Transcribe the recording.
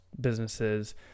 businesses